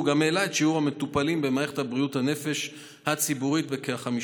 הוא גם העלה את שיעור המטופלים במערכת בריאות הנפש הציבורית בכ-15%,